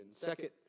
Second